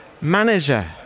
manager